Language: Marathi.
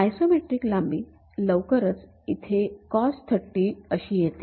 तर आयसोमेट्रिक लांबी लवकरच इथे कॉस३० cos अशी येते